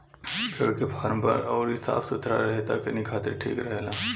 भेड़ के फार्म बड़ अउरी साफ सुथरा रहे त एकनी खातिर ठीक रहेला